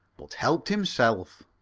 but helped himself.